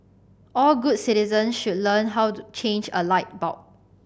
all good citizens should learn how to change a light bulb